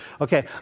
Okay